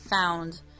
found